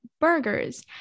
burgers